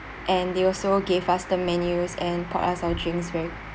and they also gave us the menus and brought us our drinks very